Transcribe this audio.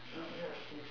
cannot hear a thing